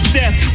death